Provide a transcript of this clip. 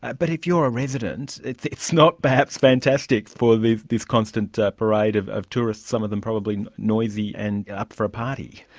but if you are a resident it's it's not perhaps fantastic for this constant parade of of tourists, some of them probably noisy and up for a party.